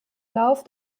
lauf